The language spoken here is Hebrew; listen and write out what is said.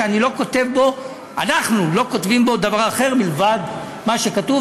שאנחנו לא כותבים בו דבר אחר מלבד מה שכתוב.